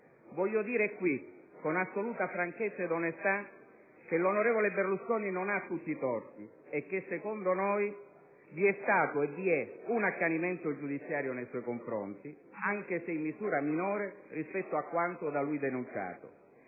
Voglio dire qui, con assoluta franchezza ed onestà, che l'onorevole Berlusconi non ha tutti i torti e che, secondo noi, vi è stato e vi è un accanimento giudiziario nei suoi confronti, anche se in misura minore rispetto a quanto da lui denunciato.